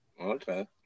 Okay